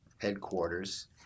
Headquarters